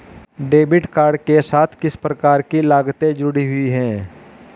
Debit card के साथ किस प्रकार की लागतें जुड़ी हुई हैं?